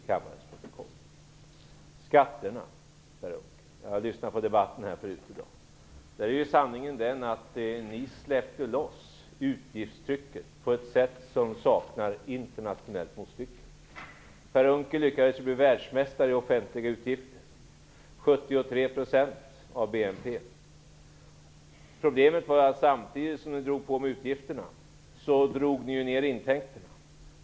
Så gäller det skatterna, Per Unckel. Jag har lyssnat på debatten här i kammaren förut i dag. Sanningen är den att ni släppte loss utgiftstrycket på ett sätt som saknar internationellt motstycke. Per Unckel lyckades ju bli världsmästare i offentliga utgifter - 73 % av BNP! Problemet var att samtidigt som ni drog på med utgifterna, drog ni ned intäkterna.